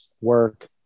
work